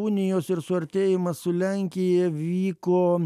unijos ir suartėjimas su lenkija vyko